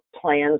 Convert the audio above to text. plans